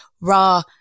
raw